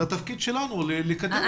זה התפקיד שלנו לקדם את זה.